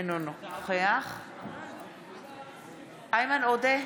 אינו נוכח איימן עודה,